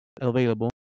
available